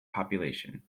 population